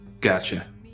Gotcha